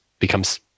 becomes